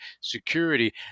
security